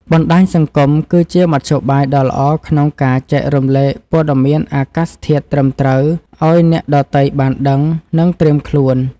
បណ្តាញសង្គម គឺជាមធ្យោបាយដ៏ល្អក្នុងការចែករំលែកព័ត៌មានអាកាសធាតុត្រឹមត្រូវឱ្យអ្នកដទៃបានដឹង និងត្រៀមខ្លួន។